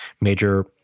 major